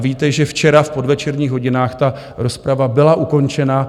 A víte, že včera v podvečerních hodinách ta rozprava byla ukončena.